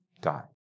God